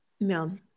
no